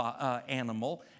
animal